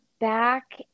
back